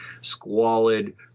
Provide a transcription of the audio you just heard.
squalid